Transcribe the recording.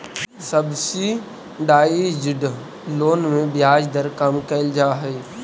subsidised loan में ब्याज दर कम कैल जा हइ